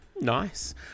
Nice